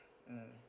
mm